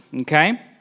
okay